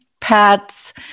pets